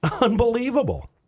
Unbelievable